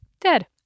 Dead